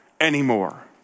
anymore